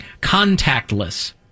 Contactless